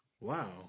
Wow